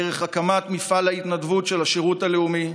דרך הקמת מפעל ההתנדבות של השירות הלאומי,